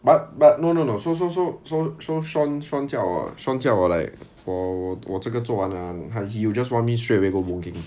but but no no no so so so so so shawn shawn 叫我 shawn 叫我 like 我我这个做完了 ah he'll just want me straight away go boon keng